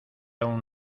aún